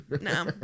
No